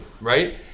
right